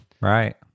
Right